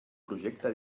projecte